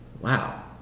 Wow